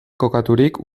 kokaturik